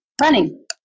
Running